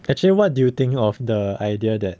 actually what do you think of the idea that